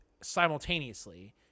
simultaneously